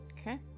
Okay